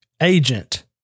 agent